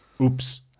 Oops